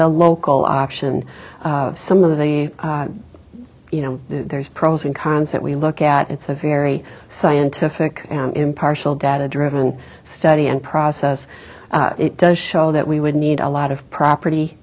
a local option some of the you know there's pros and cons that we look at it's a very scientific and impartial data driven study and process it does show that we would need a lot of property